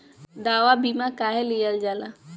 दवा बीमा काहे लियल जाला?